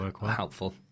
helpful